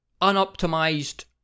unoptimized